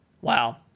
wow